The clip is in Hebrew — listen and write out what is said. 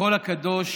בכל הקדוש